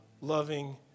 loving